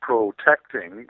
protecting